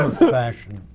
fashion.